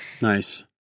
Nice